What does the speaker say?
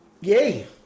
Yay